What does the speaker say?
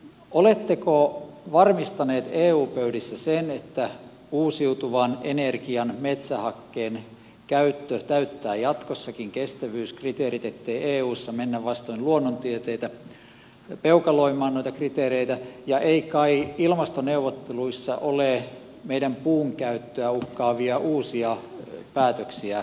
oletteko varmistanut eu pöydissä sen että uusiutuvan energian metsähakkeen käyttö täyttää jatkossakin kestävyyskriteerit ettei eussa mennä vastoin luonnontieteitä peukaloimaan noita kriteereitä ja että ei kai ilmastoneuvotteluissa ole meidän puunkäyttöä uhkaavia uusia päätöksiä tulossa